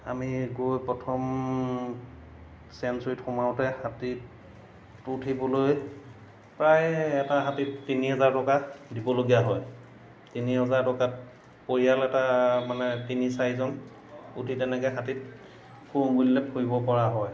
আমি গৈ প্ৰথম চেঞ্চুৰিত সোমাওঁতে হাতীত উঠিবলৈ প্ৰায় এটা হাতীত তিনি হাজাৰ টকা দিবলগীয়া হয় তিনি হাজাৰ টকাত পৰিয়াল এটা মানে তিনি চাৰিজন উঠি তেনেকৈ হাতীত ফুৰোঁ বুলিলে ফুৰিবপৰা হয়